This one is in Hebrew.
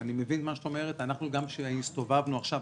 אני מבין את מה שאת אומרת וגם כשהסתובבנו עכשיו,